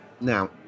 Now